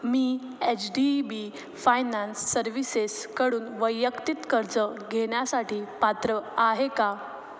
मी H D E B finance सर्व्हिसेसकडून वैयक्तिक कर्ज घेण्यासाठी पात्र आहे का